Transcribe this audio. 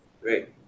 Great